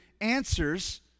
answers